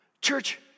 Church